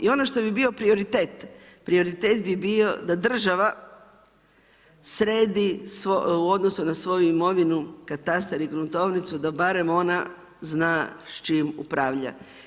I ono što bi bio prioritet, prioritet bi bio da država sredi u odnosu na svoju imovinu katastar i gruntovnicu, da barem ona zna s čim upravlja.